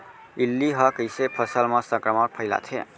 इल्ली ह कइसे फसल म संक्रमण फइलाथे?